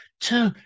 two